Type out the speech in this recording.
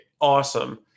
awesome